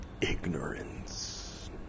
ignorance